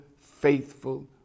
faithful